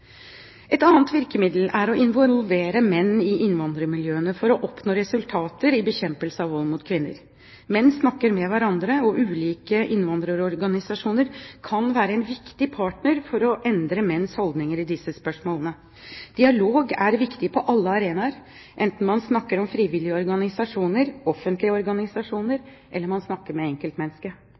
Et annet virkemiddel er å involvere menn i innvandrermiljøene for å oppnå resultater i bekjempelsen av vold mot kvinner. Menn snakker med hverandre, og ulike innvandrerorganisasjoner kan være en viktig partner for å endre menns holdninger i disse spørsmålene. Dialog er viktig på alle arenaer, enten man snakker om frivillige organisasjoner, offentlige organisasjoner, eller man snakker med enkeltmennesket.